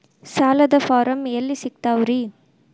ಸಾಲದ ಫಾರಂ ಎಲ್ಲಿ ಸಿಕ್ತಾವ್ರಿ?